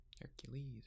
Hercules